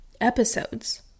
episodes